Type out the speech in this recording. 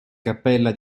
cappella